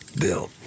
bill